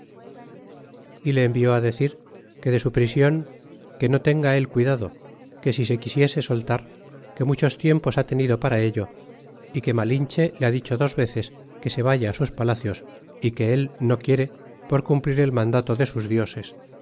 y le envió á decir que de su prision que no tenga el cuidado que si se quisiese soltar que muchos tiempos ha tenido para ello y que malinche le ha dicho dos veces que se vaya á sus palacios y que él no quiere por cumplir el mandado de sus dioses